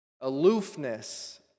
aloofness